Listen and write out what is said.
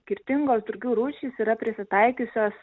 skirtingos drugių rūšys yra prisitaikiusios